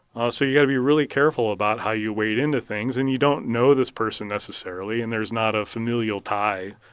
ah so you got to be really careful about how you wade into things. and you don't know this person necessarily, and there's not a familial tie.